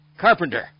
carpenter